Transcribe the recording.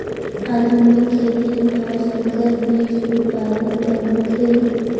आधुनिक खेती म संकर बीज उत्पादन प्रमुख हे